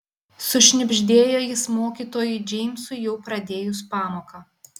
sušnibždėjo jis mokytojui džeimsui jau pradėjus pamoką